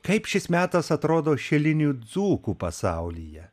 kaip šis metas atrodo šilinių dzūkų pasaulyje